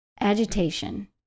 agitation